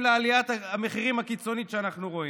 לעליית המחירים הקיצונית שאנחנו רואים.